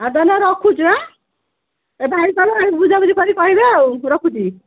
ଆଉ ତାନେ ରଖୁଛୁ ଏ ଭାଇକି କହିବ ଗାଡ଼ି ବୁଝା ବୁଝି କରିକି କହିବେ ଆଉ ରଖୁଛି